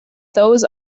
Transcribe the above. those